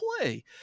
play